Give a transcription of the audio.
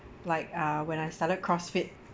like uh when I started CrossFit